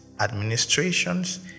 administrations